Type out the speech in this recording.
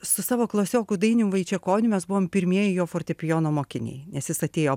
su savo klasioku dainium vaičekoniu mes buvom pirmieji jo fortepijono mokiniai nes jis atėjo